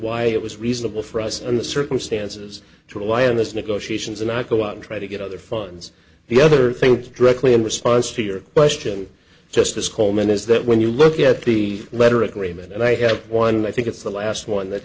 why it was reasonable for us in the circumstances to rely on this negotiation and i go out and try to get other funds the other things directly in response to your question justice coleman is that when you look at the letter agreement and i have one i think it's the last one that